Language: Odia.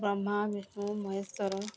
ବ୍ରହ୍ମା ବିଷ୍ଣୁ ମହେଶ୍ୱର